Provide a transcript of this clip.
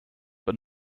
but